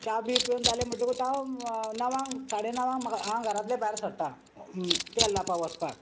चाव बी पिवन जाले म्हणटकूच हांव णवांक साडे णवांक म्हाका हांव घरांतले भायर सरतां तेल लावपा वचपाक